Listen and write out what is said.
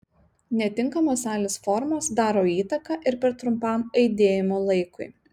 netinkamos salės formos daro įtaką ir per trumpam aidėjimo laikui